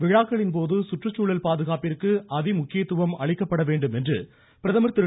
விழாக்களின்போது சுற்றுச்சூழல் பாதுகாப்புக்கு அதி முக்கியத்துவம் அளிக்கப்படவேண்டும் என்று பிரதமர் திரு